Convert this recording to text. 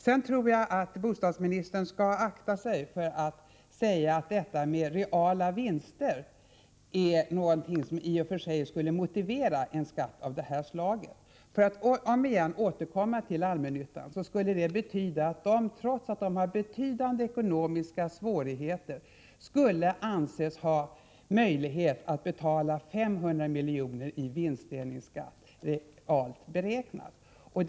Jag tror att bostadsministern skall akta sig för att säga att detta med reala vinster är någonting som i och för sig skulle motivera en skatt av det här slaget. För att än en gång återkomma till allmännyttan skulle denna, trots betydande ekonomiska svårigheter, anses ha möjlighet att betala 500 milj.kr. i realt beräknad vinstdelningsskatt.